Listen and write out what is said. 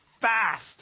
fast